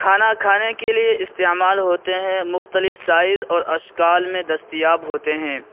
کھانا کھانے کے لیے استعمال ہوتے ہیں مختلف سائز اور اشکال میں دستیاب ہوتے ہیں